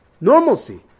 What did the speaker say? Normalcy